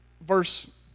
verse